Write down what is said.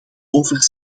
over